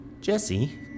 Jesse